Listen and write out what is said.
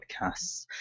podcasts